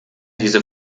diese